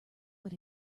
but